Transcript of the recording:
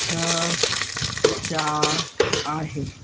छह चारि आहे